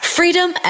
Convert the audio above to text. Freedom